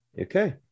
Okay